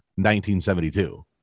1972